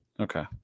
Okay